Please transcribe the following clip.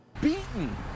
beaten